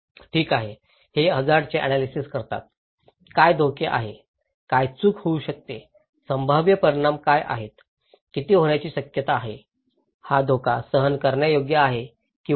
ठीक आहे ते हझार्डचे अन्यालीसीस करतात काय धोके आहेत काय चूक होऊ शकते संभाव्य परिणाम काय आहेत किती होण्याची शक्यता आहे हा धोका सहन करण्यायोग्य आहे किंवा नाही